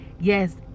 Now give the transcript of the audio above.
yes